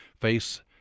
face